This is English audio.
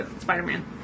Spider-Man